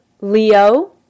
Leo